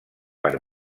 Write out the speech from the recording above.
per